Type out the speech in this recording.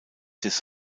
des